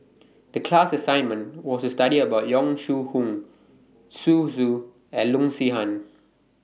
The class assignment was study about Yong Shu Hoong Zhu Xu and Loo Zihan